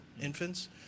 infants